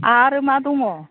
आरो मा दङ